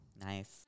Nice